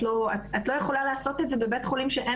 את לא יכולה לעשות את זה בבית חולים שאין